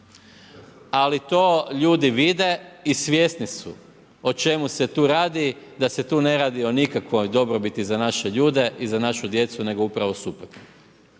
ali ljudi vide i svjesni su o čemu se tu radi, da se tu ne radi o nikakvoj dobrobiti za naše ljude i za našu djecu nego upravo suprotno.